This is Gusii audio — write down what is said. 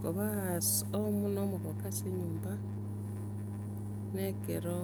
Kobaaa ase- na omogoko ase enyomba, ne ekero